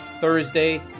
Thursday